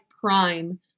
prime